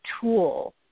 tool